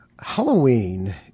Halloween